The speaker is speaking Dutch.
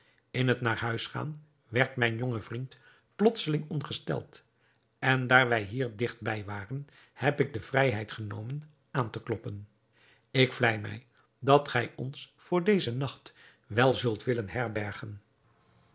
in het naar huis gaan werd mijn jonge vriend plotseling ongesteld en daar wij hier digt bij waren heb ik de vrijheid genomen aan te kloppen ik vlei mij dat gij ons voor dezen nacht wel zult willen herbergen